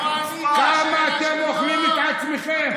כמה אתם אוכלים את עצמכם,